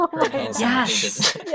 yes